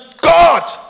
God